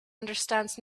understands